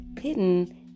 hidden